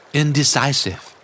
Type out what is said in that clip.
indecisive